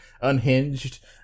Unhinged